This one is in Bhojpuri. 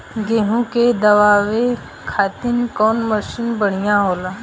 गेहूँ के दवावे खातिर कउन मशीन बढ़िया होला?